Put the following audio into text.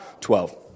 Twelve